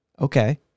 Okay